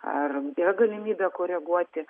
ar yra galimybė koreguoti